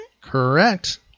Correct